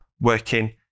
working